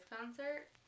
concert